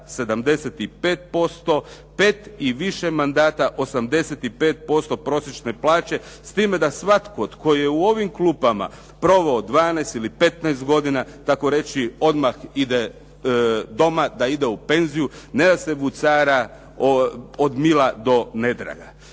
75%, pet i više mandata 85% prosječne plaće, s time da svatko tko je u ovim klupama proveo 12 ili 15 godina takoreći odmah ide doma, da ide u penziju, ne da se vucara od mila do nedraga.